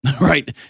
right